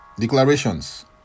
Declarations